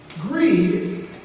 Greed